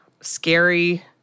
scary